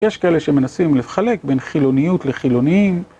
יש כאלה שמנסים לחלק בין חילוניות לחילוניים.